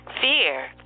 fear